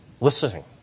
listening